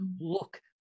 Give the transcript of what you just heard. Look